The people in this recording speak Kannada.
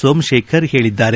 ಸೋಮಶೇಖರ್ ಹೇಳಿದ್ದಾರೆ